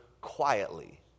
quietly